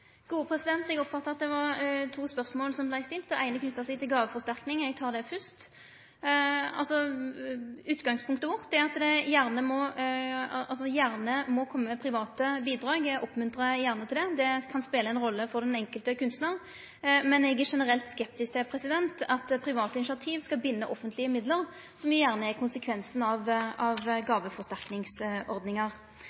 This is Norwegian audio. seg til gåveforsterkning – eg tek det først: Utgangspunktet vårt er at det gjerne må komme private bidrag. Eg oppmuntrar gjerne til det – det kan spele ei rolle for den enkelte kunstnaren. Men eg er generelt skeptisk til at private initiativ skal binde offentlege midlar, noko som gjerne er konsekvensen av